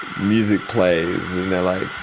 music plays and they're like,